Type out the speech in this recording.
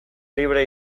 libre